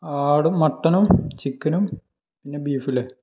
അവിടെ മട്ടനും ചിക്കനും പിന്നെ ബീഫില്ലെ